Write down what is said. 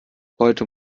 heute